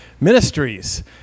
Ministries